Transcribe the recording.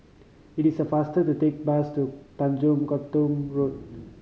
it is faster to take bus to Tanjong Katong Road